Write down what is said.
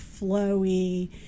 flowy